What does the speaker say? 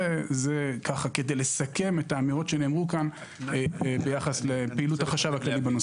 כדי לסכם את האמירות שנאמרו כאן ביחס לפעילות החשב הכללי.